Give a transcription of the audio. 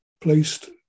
placed